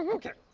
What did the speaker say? um okay,